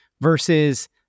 versus